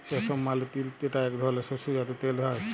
সেসম মালে তিল যেটা এক ধরলের শস্য যাতে তেল হ্যয়ে